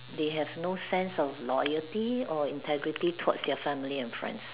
they have no sense of loyalty or integrity towards their family and friends